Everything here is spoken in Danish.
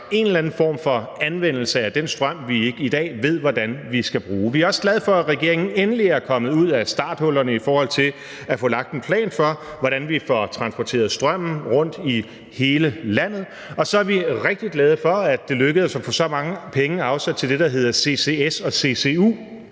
en eller anden form for anvendelse af den strøm, som vi i dag ikke ved hvordan vi skal bruge. Vi er også glade for, at regeringen endelig er kommet ud af starthullerne, i forhold til hvordan vi får transporteret strømmen rundt i hele landet. Og så er vi rigtig glade for, at det lykkedes at få så mange penge afsat til det, der hedder CCS og CCU